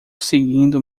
seguindo